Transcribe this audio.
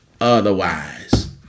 otherwise